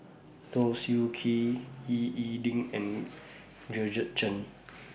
Low Siew K Ying E Ding and Georgette Chen